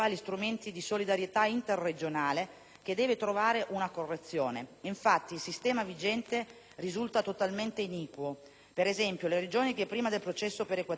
che deve trovare una correzione. Infatti, il sistema vigente risulta totalmente iniquo: per esempio, le Regioni che prima del processo perequativo hanno una capacità fiscale *pro capite*